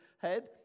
head